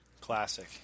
classic